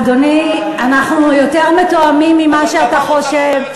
אדוני, אנחנו יותר מתואמים ממה שאתה חושב.